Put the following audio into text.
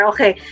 Okay